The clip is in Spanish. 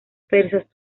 persas